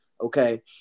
okay